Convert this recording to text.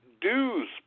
dues